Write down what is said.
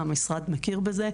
המשרד מכיר בזה,